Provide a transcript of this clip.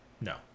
No